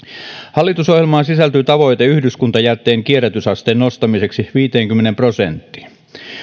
hallitusohjelmaan sisältyy tavoite yhdyskuntajätteen kierrätysasteen nostamiseksi viiteenkymmeneen prosenttiin